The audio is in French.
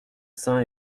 sains